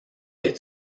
est